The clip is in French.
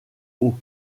haut